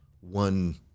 one